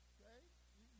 Okay